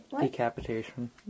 Decapitation